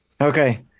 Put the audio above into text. Okay